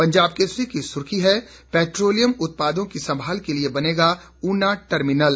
पंजाब केसरी की सुर्खी है पैट्रोलियम उत्पादों की संभाल के लिए बनेगा उना टर्मिनल